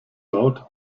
laut